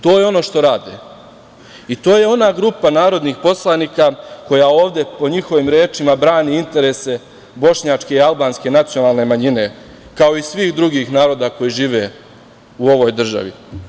To je ono što rade i to je ona grupa narodnih poslanika koja ovde po njihovim rečima brani interese bošnjačke i albanske nacionalne manjine kao i svih drugih naroda koji žive u ovoj državi.